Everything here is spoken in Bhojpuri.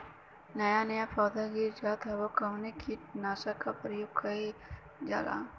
नया नया पौधा गिर जात हव कवने कीट नाशक क प्रयोग कइल जाव?